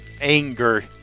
anger